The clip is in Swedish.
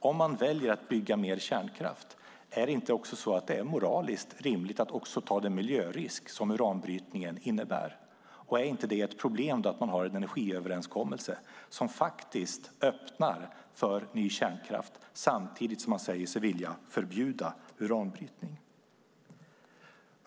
Om man väljer att bygga mer kärnkraft, är det då inte också moraliskt rimligt att ta den miljörisk som uranbrytningen innebär? Och är det då inte ett problem att man har en energiöverenskommelse som faktiskt öppnar för ny kärnkraft samtidigt som man säger sig vilja förbjuda uranbrytning?